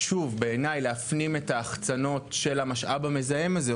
שבעיניי אמורים להפנים את ההחצנות של המשאב המזהם הזה,